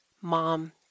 mom